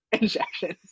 injections